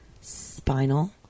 spinal